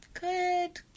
Good